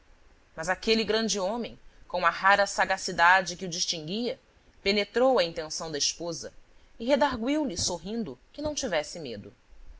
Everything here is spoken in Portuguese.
mas aquele grande homem com a rara sagacidade que o distinguia penetrou a intenção da esposa e redargüiu lhe sorrindo que não tivesse medo